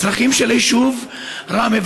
הצרכים של היישוב ראמה,